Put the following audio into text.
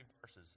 verses